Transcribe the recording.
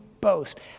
boast